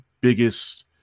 biggest